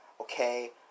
Okay